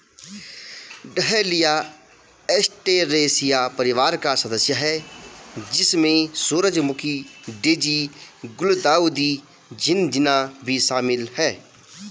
dahlia Asteraceae परिवार का सदस्य है, जिसमें सूरजमुखी, डेज़ी, गुलदाउदी, झिननिया भी शामिल है